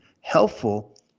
helpful